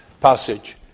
passage